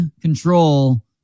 control